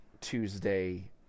Tuesday